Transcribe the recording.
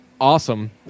awesome